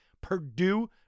Purdue